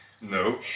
No